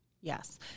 Yes